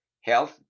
health